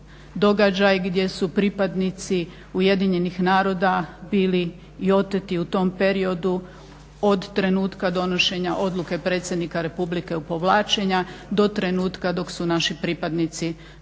događaj gdje su pripadnici UN-a bili i oteti u tom periodu od trenutka donošenja odluke predsjednika Republika o povlačenju do trenutka dok su naši pripadnici došli